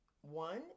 one